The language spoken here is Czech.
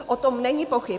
O tom není pochyb.